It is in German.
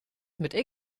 mit